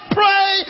pray